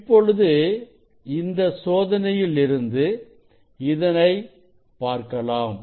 இப்பொழுது இந்த சோதனையில் இருந்து இதனைப் பார்க்கலாம்